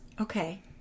okay